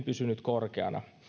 pysynyt korkeana